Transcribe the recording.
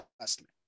estimate